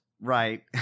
Right